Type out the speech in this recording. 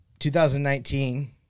2019